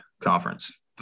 conference